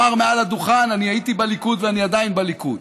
אמר מעל הדוכן: אני הייתי בליכוד ואני עדיין בליכוד,